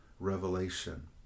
Revelation